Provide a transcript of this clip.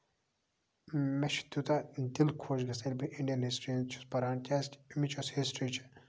اۭں مےٚ چھُ تیوٗتاہ دِل خۄش گژھان ییٚلہِ بہٕ اِنڈیَن ہِسٹری ہُنٛد چھُس پَران کیازِ کہِ اَمِچ یۄس ہِسٹری چھےٚ